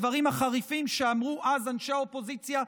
הדברים החריפים שאמרו אז אנשי האופוזיציה,